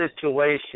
situation